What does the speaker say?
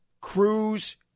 Cruz